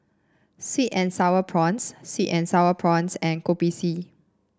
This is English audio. sweet and sour prawns sweet and sour prawns and Kopi C